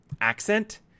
accent